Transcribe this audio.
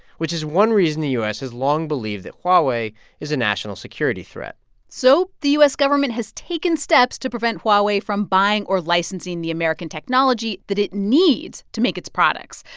which is one reason the u s. has long believed that huawei is a national security threat so the u s. government has taken steps to prevent huawei from buying or licensing the american technology that it needs to make its products,